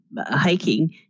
Hiking